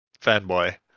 fanboy